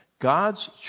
God's